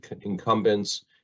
incumbents